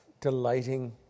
delighting